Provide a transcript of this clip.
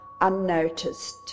unnoticed